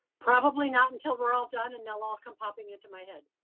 probably not until we're all done and they'll all come popping into my head.